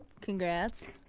congrats